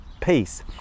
peace